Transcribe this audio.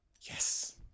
Yes